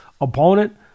opponent